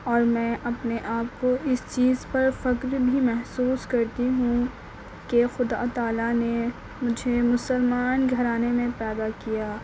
اور میں اپنے آپ کو اس چیز پر فخر بھی محسوس کرتی ہوں کہ خدا تعالیٰ نے مجھے مسلمان گھرانے میں پیدا کیا